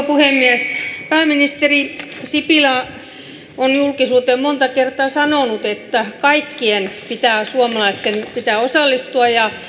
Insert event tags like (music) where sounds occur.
(unintelligible) puhemies pääministeri sipilä on julkisuuteen monta kertaa sanonut että kaikkien suomalaisten pitää osallistua ja